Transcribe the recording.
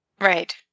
right